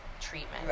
treatment